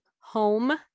home